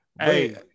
Hey